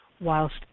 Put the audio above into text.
whilst